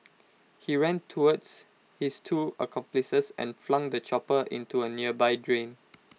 he ran towards his two accomplices and flung the chopper into A nearby drain